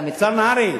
השר נהרי,